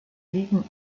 legen